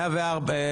ארבעה.